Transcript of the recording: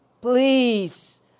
please